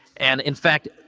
and, in fact,